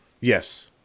Yes